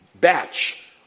batch